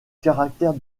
caractère